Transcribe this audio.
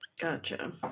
Gotcha